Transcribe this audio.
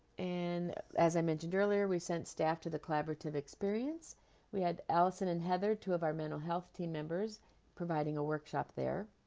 and as i mentioned earlier we sent staff to the collaborative experience we had allison and heather two of our mental health team members providing a workshop there